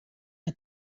que